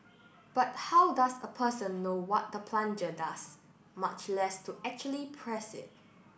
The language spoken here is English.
but how does a person know what the plunger does much less to actually press it